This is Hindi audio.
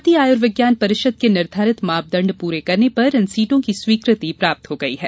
मारतीय आयुर्विज्ञान परिषद के निर्धारित मापदण्ड पूरे करने पर इन सीटों की स्वीकृति प्राप्त हो गयी है